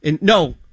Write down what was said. No